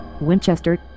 Winchester